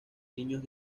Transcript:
niños